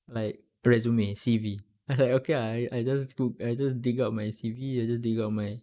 like resume C_V so like okay I I just took I just dig up my C_V I just dig up my